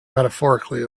metaphorically